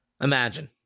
Imagine